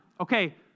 Okay